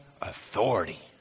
authority